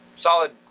Solid